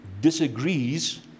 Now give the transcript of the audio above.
disagrees